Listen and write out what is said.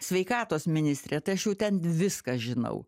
sveikatos ministre tai aš jau ten viską žinau